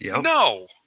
No